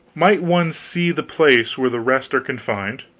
might one see the place where the rest are confined?